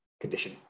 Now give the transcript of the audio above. condition